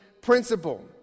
principle